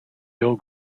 bill